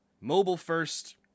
mobile-first